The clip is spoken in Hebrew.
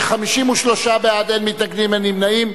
53 בעד, אין מתנגדים, אין נמנעים.